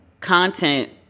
content